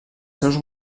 seus